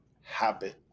habit